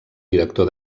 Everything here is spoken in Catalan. director